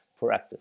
proactive